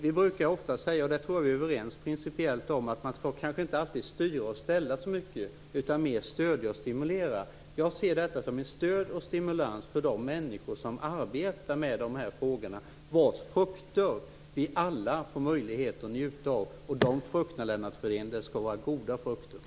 Vi brukar ofta säga - och jag tror att vi principiellt är överens om det - att man inte alltid skall styra och ställa så mycket utan i stället skall stödja och stimulera. Jag ser detta som ett stöd och en stimulans för de människor som arbetar med de här frågorna, vars frukter vi alla får möjlighet att njuta av. Och de frukterna skall vara goda, Lennart Fridén.